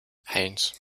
eins